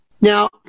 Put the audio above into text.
Now